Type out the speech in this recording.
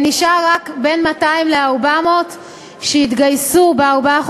נשארו רק בין 200 ל-400 שיתגייסו בארבעת